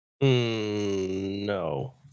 No